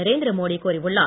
நரேந்திர மோடி கூறியுள்ளார்